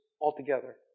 altogether